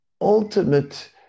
ultimate